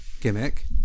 gimmick